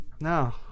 No